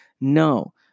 no